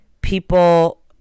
people